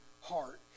heart